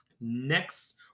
next